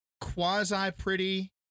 quasi-pretty